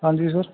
ਹਾਂਜੀ ਸਰ